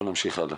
בואי נמשיך הלאה.